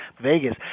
Vegas